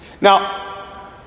Now